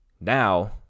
now